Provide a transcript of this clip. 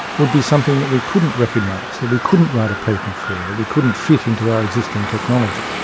would be something that we couldn't recognise, that we couldn't write a patent for, that we couldn't fit into our existing technology'.